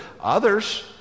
Others